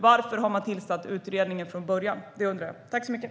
Varför har man från början tillsatt utredningen?